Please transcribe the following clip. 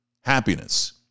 happiness